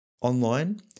online